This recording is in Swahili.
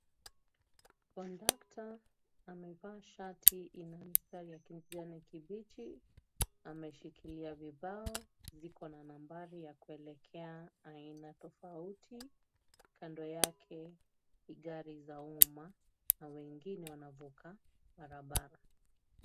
Kondakta amevaa shati, ina mistari ya kijani kibichi. Ameshikilia vibao ziko na nambari ya kuelekea aina tofauti. Kando yake ni gari za umma. Na wengine wanavuka barabara.